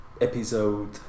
episode